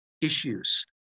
issues